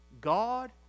God